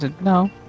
No